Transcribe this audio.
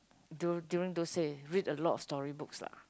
during those day read a lot of story books lah